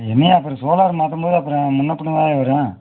என்னையா அப்புறம் சோலார் மாட்டும்போது அப்புறம் முன்னே பின்னே தான்யா வரும்